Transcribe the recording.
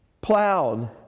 plowed